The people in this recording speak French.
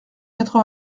quatre